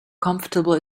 comfortable